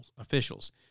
officials